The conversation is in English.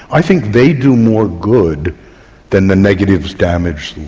i think they do more good than the negatives damage the